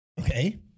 Okay